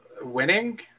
Winning